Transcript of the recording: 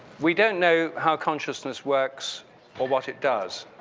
we don't know how consciousness works or what it does,